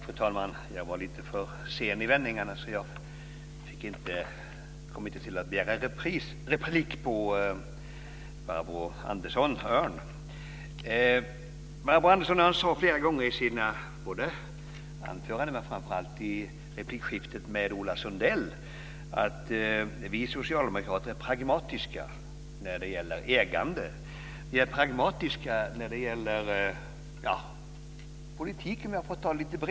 Fru talman! Jag var tidigare lite för sen i vändningarna och hann inte begära replik på Barbro Andersson Öhrns anförande. Barbro Andersson Öhrn sade flera gånger både i sitt anförande och framför allt i replikskiftet med Ola Sundell att socialdemokraterna är pragmatiska när det gäller ägande och när det gäller politik i bredare mening.